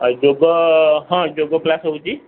ଆଉ ଯୋଗ ହଁ ଯୋଗ କ୍ଲାସ୍ ହେଉଛି